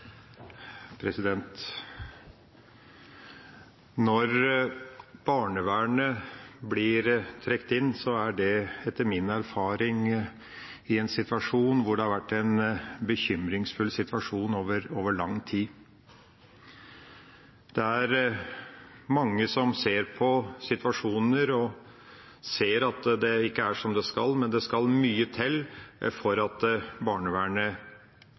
det etter min erfaring i en situasjon som har vært bekymringsfull over lang tid. Det er mange som ser på situasjoner, og som ser at ikke alt er som det skal, men det skal mye til før barnevernet